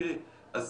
גם